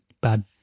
bad